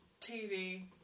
TV